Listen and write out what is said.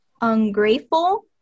Ungrateful